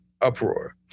uproar